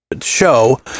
show